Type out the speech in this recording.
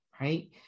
right